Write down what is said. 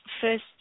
first